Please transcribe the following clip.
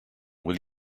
will